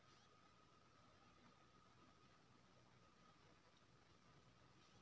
केचुआ खाद के पीट बनाबै लेल की योजना अछि आ कतेक सहायता मिलत?